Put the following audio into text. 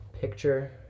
Picture